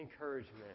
encouragement